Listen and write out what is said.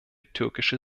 türkische